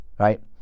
Right